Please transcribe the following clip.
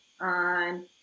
on